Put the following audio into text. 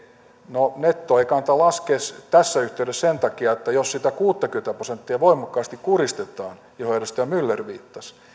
no nettoa ei kannata laskea tässä yhteydessä sen takia että jos sitä kuuttakymmentä prosenttia voimakkaasti kuristetaan mihin edustaja myller viittasi niin